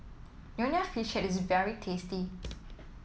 Nonya Fish Head is very tasty